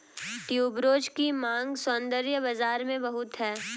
tuberose की मांग सौंदर्य बाज़ार में बहुत है